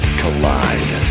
collide